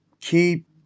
Keep